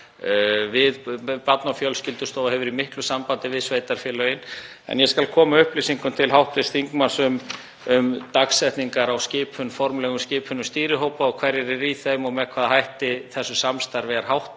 Barna- og fjölskyldustofa hefur verið í miklu sambandi við sveitarfélögin. En ég skal koma upplýsingum til hv. þingmanns um dagsetningar á formlegum skipunum stýrihópa, hverjir eru í þeim og með hvaða hætti þessu samstarfi er háttað